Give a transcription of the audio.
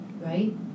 right